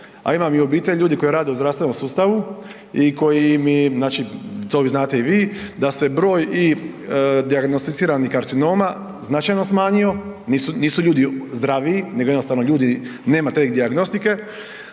a imam i obitelj ljudi koji rade u zdravstvenom sustavu i koji mi, to znate i vi, da se broj i dijagnosticiranih karcinoma značajno smanjio, nisu ljudi zdraviji nego jednostavno nema te dijagnostike,